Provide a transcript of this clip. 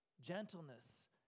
Gentleness